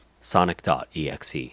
Sonic.exe